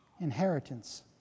inheritance